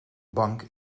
bank